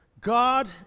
God